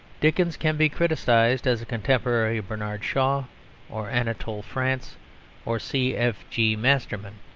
dickens can be criticised as a contemporary of bernard shaw or anatole france or c. f. g. masterman.